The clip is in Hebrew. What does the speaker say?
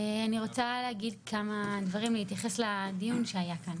אני רוצה להתייחס לדיון כאן.